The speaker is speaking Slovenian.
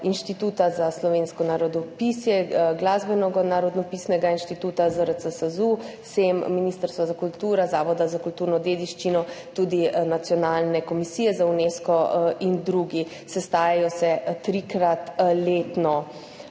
Inštituta za slovensko narodopisje, Glasbenonarodopisnega inštituta ZRC SAZU, SEM, Ministrstva za kulturo, Zavoda za kulturno dediščino, tudi nacionalne komisije za Unesco in drugi. Sestajajo se trikrat letno.